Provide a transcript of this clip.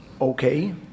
okay